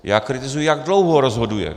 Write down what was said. Já kritizuji, jak dlouho rozhoduje.